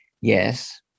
Yes